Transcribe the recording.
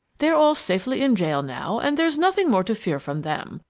they're all safely in jail now, and there is nothing more to fear from them.